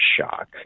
shock